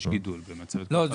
יש גידול במצבת כוח האדם הממשלתית.